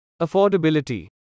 Affordability